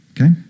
Okay